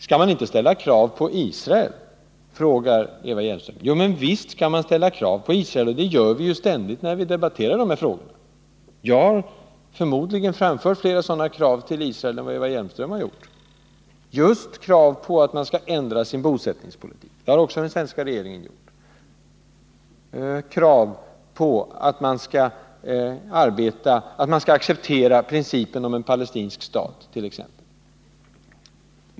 Skall man inte ställa krav på Israel, frågar Eva Hjelmström. Jo, visst skall man ställa krav på Israel. Det gör vi ständigt när vi debatterar de här frågorna. Jag har förmodligen framfört flera sådana krav till Israel än vad Eva Hjelmström har gjort: krav på att man skall ändra sin bosättningspolitik — det har också den svenska regeringen krävt — och krav på att man skall acceptera principen om en palestinsk stat t.ex.